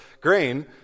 grain